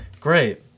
great